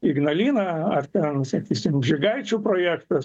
ignaliną ar ten sakysim žygaičių projektas